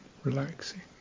Relaxing